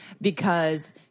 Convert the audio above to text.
because-